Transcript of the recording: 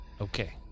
Okay